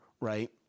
right